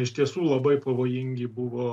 iš tiesų labai pavojingi buvo